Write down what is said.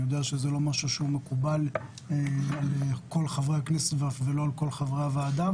אני יודע שהדבר לא מקובל על כל חברי הכנסת ואף לא על כל חברי הוועדה.